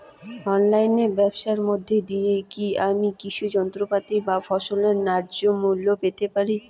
অনলাইনে ব্যাবসার মধ্য দিয়ে কী আমি কৃষি যন্ত্রপাতি বা ফসলের ন্যায্য মূল্য পেতে পারি?